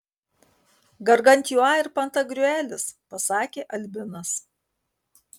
gargantiua ir pantagriuelis pasakė albinas